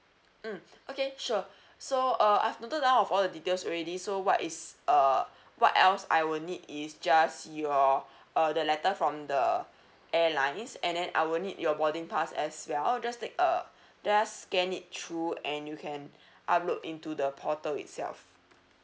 mm okay sure so uh I've noted down of all the details already so what is err what else I will need is just your uh the letter from the airlines and then I will need your boarding pass as well just take a just scan it through and you can upload into the portal itself